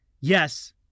yes